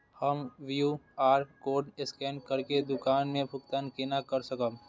हम QR code scan करके दुकान में भुगतान केना कर सकब?